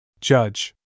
Judge